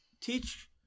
Teach